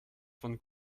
von